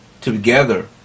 together